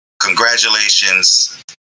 congratulations